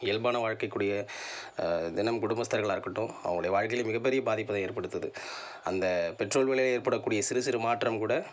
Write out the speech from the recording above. இயல்பான வாழ்க்கைக்குடிய தினம் குடும்பஸ்தர்களாக இருக்கட்டும் அவங்களுடைய வாழ்க்கையி மிகப்பெரிய பாதிப்பைதான் ஏற்படுத்துது அந்த பெட்ரோல் விலையில் ஏற்படக்கூடிய சிறு சிறு மாற்றம் கூட